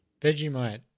Vegemite